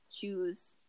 choose